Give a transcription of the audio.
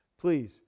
Please